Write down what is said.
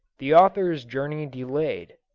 the author's journey delayed